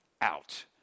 out